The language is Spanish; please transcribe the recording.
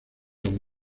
don